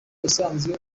usanzwe